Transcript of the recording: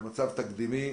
זה מצב תקדימי,